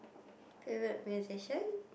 you look means Asian